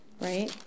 right